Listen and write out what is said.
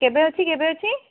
କେବେ ଅଛି କେବେ ଅଛି